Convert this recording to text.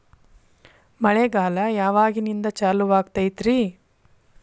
ಮಳೆಗಾಲ ಯಾವಾಗಿನಿಂದ ಚಾಲುವಾಗತೈತರಿ?